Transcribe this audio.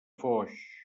foix